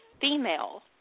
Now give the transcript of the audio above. female